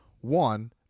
one